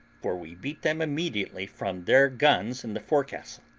for we beat them immediately from their guns in the forecastle,